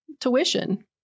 tuition